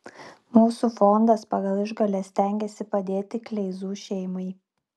mūsų fondas pagal išgales stengiasi padėti kleizų šeimai